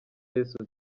yesu